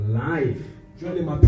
life